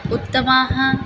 उत्तमाः